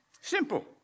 Simple